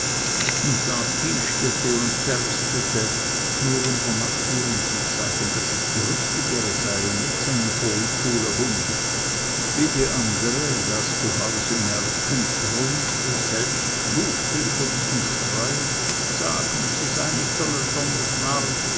und da bystete und berstete nur um der nachbürin zu zeigen daß es die rüstigere sei und nit so n e fule hung wie die andere das zu hause merkend brummte selbst fluchte über diesen streich sagend sie sei nicht so n e